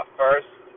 first